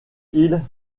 hill